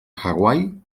hawaii